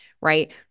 right